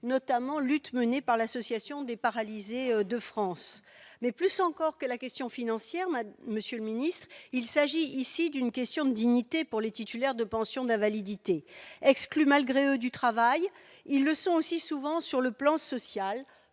ont été menées par l'Association des paralysés de France. Mais plus encore que la question financière, monsieur le ministre, il s'agit ici d'une question de dignité pour les titulaires de pensions d'invalidité. Exclus malgré eux du travail, ils le sont aussi souvent sur le plan social,